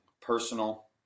personal